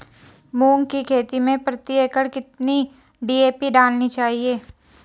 मूंग की खेती में प्रति एकड़ कितनी डी.ए.पी डालनी चाहिए?